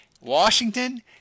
Washington